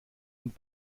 und